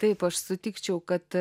taip aš sutikčiau kad